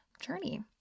journey